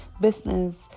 business